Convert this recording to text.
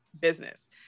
business